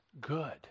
good